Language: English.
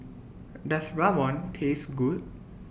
Does Rawon Taste Good